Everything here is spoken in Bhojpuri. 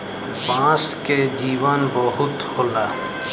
बांस के जीवन बहुत होला